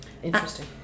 Interesting